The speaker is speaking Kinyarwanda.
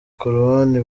korowani